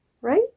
right